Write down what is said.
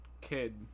kid